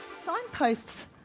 Signposts